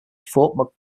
fort